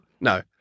no